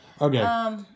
Okay